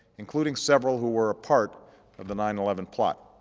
including several who were a part of the nine eleven plot.